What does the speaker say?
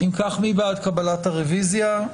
מי בעד קבלת הרביזיה?